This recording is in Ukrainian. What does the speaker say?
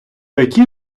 такі